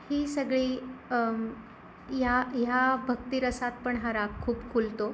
ही सगळी या ह्या भक्तिरसात पण हा राग खूप खुलतो